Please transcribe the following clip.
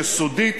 יסודית,